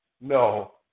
no